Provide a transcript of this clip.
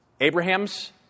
Abraham's